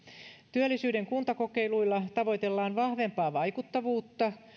työllisyyden kuntakokeiluilla tavoitellaan vahvempaa vaikuttavuutta